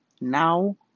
Now